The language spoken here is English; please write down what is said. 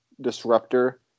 disruptor